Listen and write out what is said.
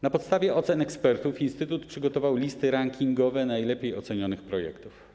Na podstawie ocen ekspertów instytut przygotował listy rankingowe najlepiej ocenianych projektów.